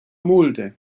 mulde